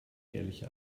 ehrliche